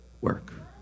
work